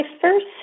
first